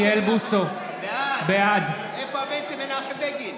בוסו, בעד איפה הבן של מנחם בגין?